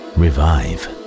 revive